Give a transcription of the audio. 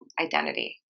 identity